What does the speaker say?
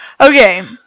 Okay